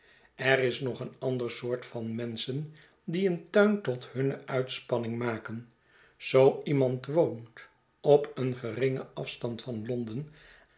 er is nog een ander soort van menschen die een tuin tot hunne uitspanning maken zoo iemand woont op een geringen afstand van londen